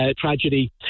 tragedy